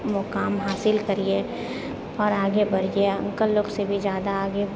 मोकाम हासिल करिए आओर आगे बढ़िए अङ्कल लोकसँ भी ज्यादा आगे